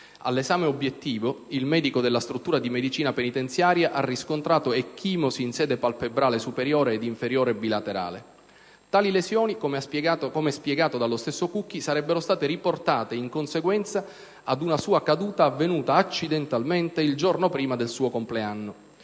All'esame obiettivo il medico della struttura di medicina penitenziaria ha riscontrato ecchimosi in sede palpebrale superiore ed inferiore bilaterale. Tali lesioni, come spiegato dallo stesso Cucchi, sarebbero state riportate in conseguenza ad una sua caduta avvenuta accidentalmente il giorno prima del suo compleanno.